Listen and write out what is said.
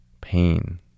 pain